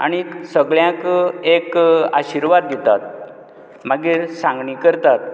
आनीक सगळ्यांक एक आशिर्वाद दितात मागीर सांगणी करतात